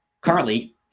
currently